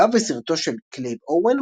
אגב בסרטו של קלייב אוון,